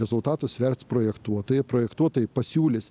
rezultatus vertins projektuotojai projektuotojai pasiūlys